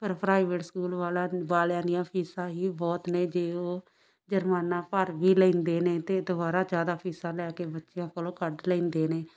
ਪਰ private school ਵਾਲਾ ਵਾਲਿਆਂ ਦੀਆਂ ਫੀਸਾਂ ਹੀ ਬਹੁਤ ਨੇ ਜੇ ਉਹ ਜੁਰਮਾਨਾ ਭਰ ਵੀ ਲੈਂਦੇ ਨੇ ਤਾਂ ਦੁਬਾਰਾ ਜ਼ਿਆਦਾ ਫੀਸਾਂ ਲੈ ਕੇ ਬੱਚਿਆਂ ਕੋਲੋਂ ਕੱਢ ਲੈਂਦੇ ਨੇ